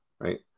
right